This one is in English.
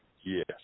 Yes